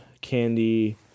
Candy